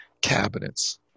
cabinets